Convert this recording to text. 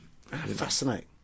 Fascinating